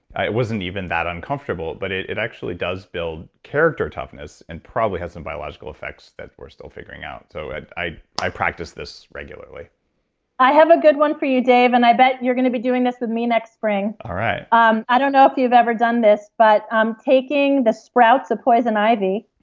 i wasn't even that uncomfortable, but it it actually does build character toughness and probably has some biological effects that we're still figuring out. so and i i practice this regularly i have a good one for you, dave. and i bet you're going to be doing this with me next spring. ah i um i don't know if you've ever done this, but um taking the sprouts of poison ivy.